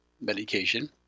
medication